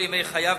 כל ימי חייו,